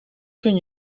kun